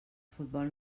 futbol